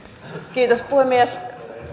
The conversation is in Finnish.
kiitos puhemies